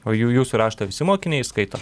o jūsų raštą visi mokiniai įskaito